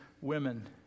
women